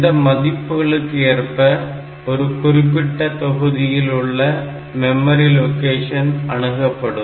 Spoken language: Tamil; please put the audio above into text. இதன் மதிப்புகளுக்கு ஏற்ப ஒரு குறிப்பிட்ட தொகுதியில் உள்ள மெமரி லொகேஷன் அணுகப்படும்